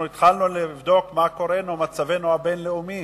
אנחנו התחלנו לבדוק מה מצבנו הבין-לאומי.